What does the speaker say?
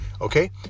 Okay